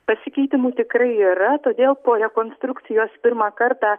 pasikeitimų tikrai yra todėl po rekonstrukcijos pirmą kartą